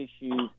issues